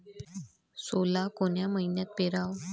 सोला कोन्या मइन्यात पेराव?